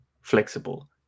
flexible